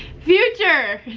future